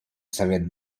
совет